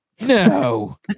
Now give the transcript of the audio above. No